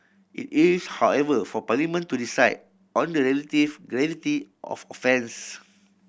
it is however for Parliament to decide on the relative gravity of offence